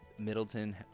Middleton